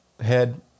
head